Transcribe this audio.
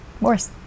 worse